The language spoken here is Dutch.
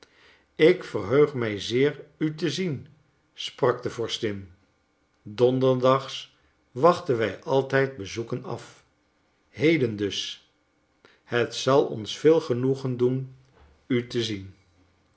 ik verheug mij zeer u te zien sprak de vorstin donderdags wachten wij altijd bezoeken af heden dus het zal ons veel genoegen doen u te zien